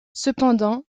cependant